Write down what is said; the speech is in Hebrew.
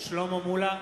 שלמה מולה,